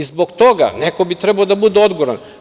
I zbog toga neko bi trebao da bude odgovoran.